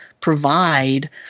provide